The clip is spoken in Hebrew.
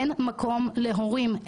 אין מקום להורים,